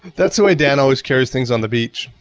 that's the way dan always carry his things on the beach.